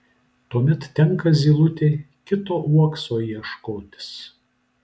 tuomet tenka zylutei kito uokso ieškotis